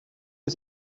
you